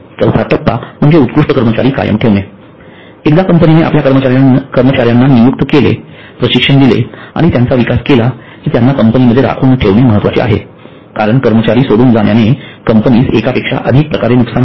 चौथा टप्पा म्हणजे उत्कृष्ट कर्मचारी कायम ठेवणे एकदा कंपनीने आपल्या कर्मचार्यांना नियुक्त केले प्रशिक्षण दिले आणि त्यांचा विकास केला की त्यांना कंपनीमध्ये राखून ठेवणे महत्वाचे आहे कारण कर्मचारी सोडून जाण्याने कंपनीस एकापेक्षा अधिक प्रकारे नुकसान होते